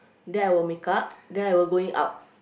then I will makeup then I will going out